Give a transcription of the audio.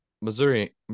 Missouri